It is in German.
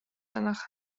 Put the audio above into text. danach